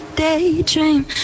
Daydream